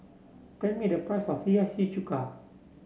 tell me the price of Hiyashi Chuka